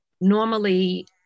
normally